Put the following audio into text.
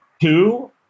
two